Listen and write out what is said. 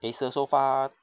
acer so far